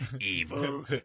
evil